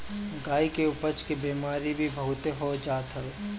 गाई के अपच के बेमारी भी बहुते हो जात हवे